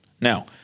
Now